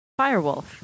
Firewolf